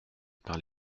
par